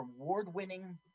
award-winning